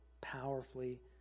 powerfully